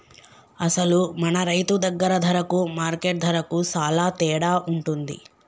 అసలు మన రైతు దగ్గర ధరకు మార్కెట్ ధరకు సాలా తేడా ఉంటుంది